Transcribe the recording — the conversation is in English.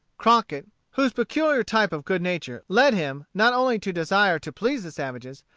crockett, whose peculiar type of good nature led him not only to desire to please the savages,